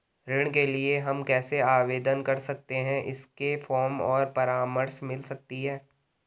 ऋण के लिए हम कैसे आवेदन कर सकते हैं इसके फॉर्म और परामर्श मिल सकती है?